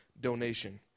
donation